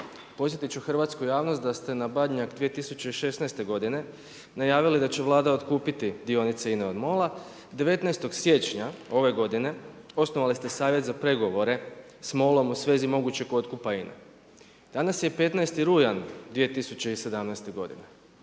Podsjetit ću hrvatsku javnost da ste na Badnjak 2016. godine najavili da će Vlada otkupiti dionice INA-e od MOL-a, 19. siječnja ove godine osnovali ste Savjet za pregovore s MOL-om u svezi mogućeg otkupa INA-e. Danas je 15. rujan 2017. godine,